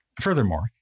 Furthermore